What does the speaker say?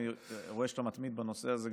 אני רואה שאתה מתמיד בנושא הזה,